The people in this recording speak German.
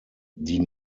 die